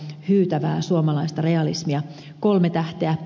hyytävää suomalaista realismia kolme tähteä